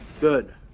Good